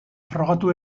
frogatu